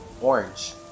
orange